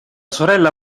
sorella